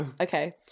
Okay